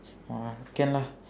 !wah! can lah